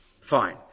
Fine